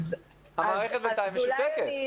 המערכת בינתיים משותקת.